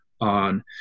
on